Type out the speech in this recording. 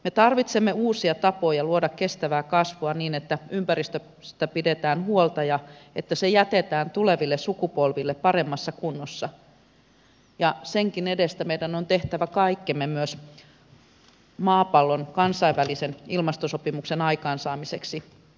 me tarvitsemme uusia tapoja luoda kestävää kasvua niin että ympäristöstä pidetään huolta ja että se jätetään tuleville sukupolville paremmassa kunnossa ja senkin edestä meidän on tehtävä kaikkemme myös maapallon kansainvälisen ilmastosopimuksen aikaansaamiseksi